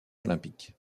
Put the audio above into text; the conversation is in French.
olympiques